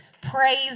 Praise